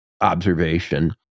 observation